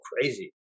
crazy